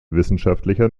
wissenschaftlicher